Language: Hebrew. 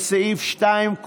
לסעיף 2,